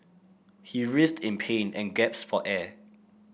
he writhed in pain and gasped for air